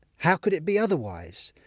how could it be otherwise?